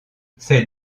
c’est